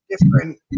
Different